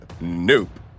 Nope